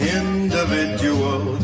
individual